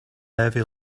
heavy